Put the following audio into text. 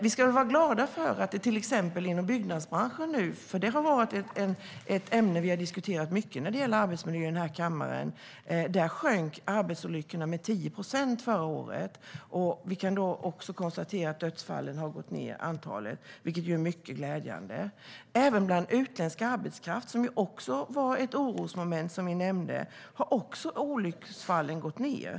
Vi ska väl vara glada för att arbetsolyckorna inom byggnadsbranschen, vilket är ett ämne vi har diskuterat mycket i den här kammaren när det gäller arbetsmiljö, sjönk med 10 procent förra året. Vi kan också konstatera att antalet dödsfall har gått ned, och det är mycket glädjande. Även bland utländsk arbetskraft, vilket också var ett orosmoment vi nämnde, har olycksfallen gått ned.